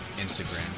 Instagram